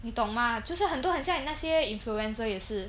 你懂吗就是很多很像那些 influencer 也是